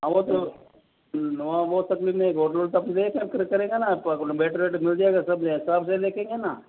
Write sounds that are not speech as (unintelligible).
हाँ वो तो हाँ वो सब मिलेगे रोड (unintelligible) करेगा ना तब बैटरी वैटरी मिल जाएगा सब (unintelligible) देखेंगे ना